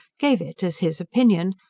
gave it as his opinion,